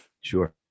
Sure